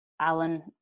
Alan